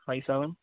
five seven